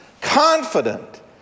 confident